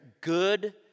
good